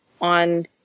on